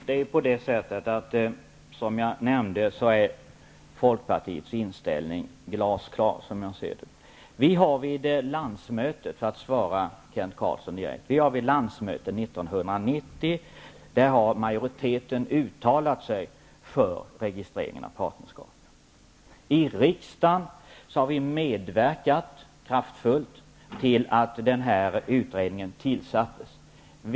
Fru talman! Som jag nämnde är Folkpartiets inställning glasklar. För att direkt besvara Kent Carlssons fråga kan jag säga att en majoritet vid Folkpartiets landsmöte 1990 uttalade sig för en registrering av partnerskap. I riksdagen har vi kraftfullt medverkat till att denna utredning tillsattes.